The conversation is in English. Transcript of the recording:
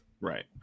right